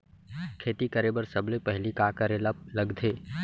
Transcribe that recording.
खेती करे बर सबले पहिली का करे ला लगथे?